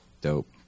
Dope